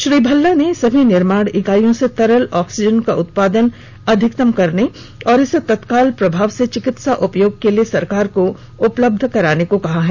श्री भल्ला ने सभी निर्माण ईकाइयों से तरल ऑक्सीजन का उत्पादन अधिकतम करने और इसे तत्काल प्रभाव से चिकित्सा उपयोग के लिए सरकार को उपलब्ध कराने को कहा है